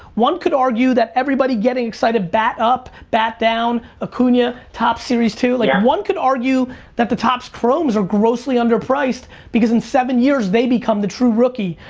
one could argue that everybody getting excited, bat up, bat down, acuna, topp series two, like one could argue that the topps chromes are grossly underpriced because in seven years, they become the true rookie.